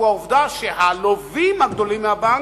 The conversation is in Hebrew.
הוא העובדה שהלווים הגדולים מהבנק,